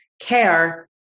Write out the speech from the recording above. care